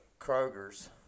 Kroger's